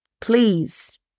Please